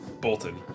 Bolton